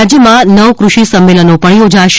રાજયમાં નવ ક઼ષિ સંમલનો યોજાશે